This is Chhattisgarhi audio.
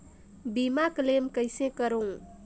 बीमा क्लेम कइसे करों?